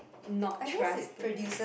not trust them